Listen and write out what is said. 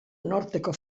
norteko